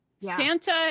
Santa